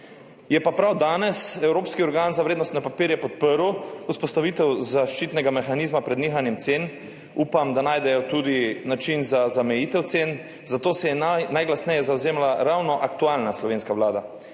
Je pa prav danes evropski organ za vrednostne papirje podprl vzpostavitev zaščitnega mehanizma pred nihanjem cen, upam, da najdejo tudi način za zamejitev cen. Za to se je najglasneje zavzemala ravno aktualna slovenska vlada.